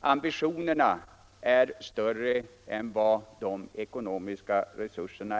Ambitionerna är större än de ekonomiska resurserna.